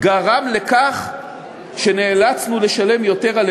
גרם לכך שנאלצנו לשלם יותר על